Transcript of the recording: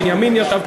בנימין ישב.